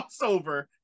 crossover